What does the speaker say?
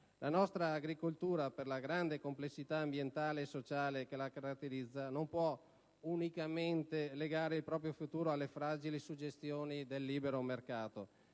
La nostra agricoltura, per la grande complessità ambientale e sociale che la caratterizza, non può unicamente legare il proprio futuro alle fragili suggestioni del libero mercato,